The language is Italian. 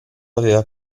aveva